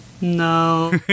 No